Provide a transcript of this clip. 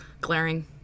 glaring